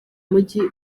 mujyi